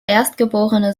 erstgeborene